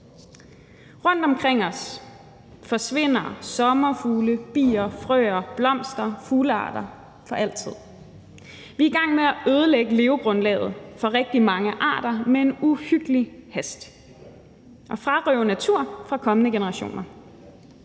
Rundtomkring os forsvinder sommerfugle, bier, frøer, blomster og fuglearter for altid. Vi er i gang med at ødelægge levegrundlaget for rigtig mange arter med en uhyggelig hast og frarøve natur fra kommende generationer.